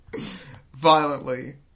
Violently